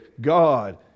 God